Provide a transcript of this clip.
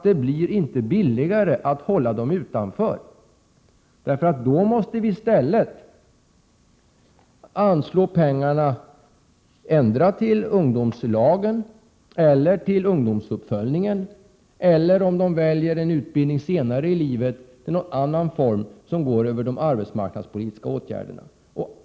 Det blir ju inte billigare att hålla dem utanför, eftersom vi då i stället måste anslå pengarna endera till ungdomslagen, ungdomsuppföljningen eller till någon annan form av arbetsmarknadspolitiska åtgärder, om de väljer en utbildning senare i livet.